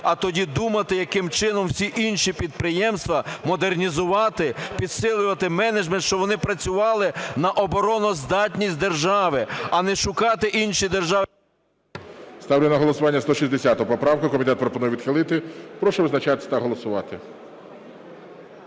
а тоді думати, яким чином всі інші підприємства модернізувати, підсилювати менеджмент, щоб вони працювали на обороноздатність держави, а не шукати інші... ГОЛОВУЮЧИЙ. Ставлю на голосування 160 поправку. Комітет пропонує відхилити. Прошу визначатися та голосувати.